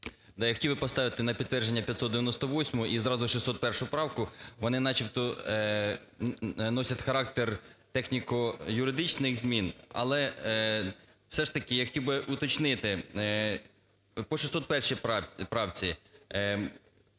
я хотів би поставити на підтвердження 598-у і зразу 601 правку, вони начебто носять характер техніко-юридичних змін. Але все ж таки я хотів уточнити по 601 правці.